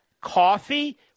coffee